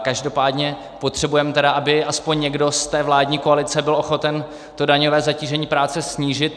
Každopádně potřebujeme, aby aspoň někdo z té vládní koalice byl ochoten to daňové zatížení práce snížit.